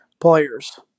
players